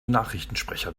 nachrichtensprecher